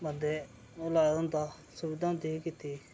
बन्दे ओह् लाए दा होंदा सुविधा होंदी ही कीती दी